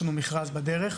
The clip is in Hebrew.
יש לנו מכרז בדרך,